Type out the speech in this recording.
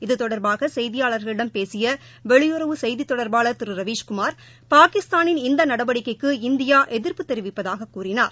இது தொடர்பாக செய்தியாளர்களிடம் பேசிய வெளியுறவுத்துறை செய்தி தொடர்பாளர் திரு ரவிஸ்குமார் பாகிஸ்தானின் இந்த நடவடிக்கைக்கு இந்தியா எதிர்ப்பு தெரிவிப்பதாகக் கூறினார்